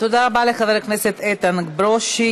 תודה רבה לחבר הכנסת איתן ברושי.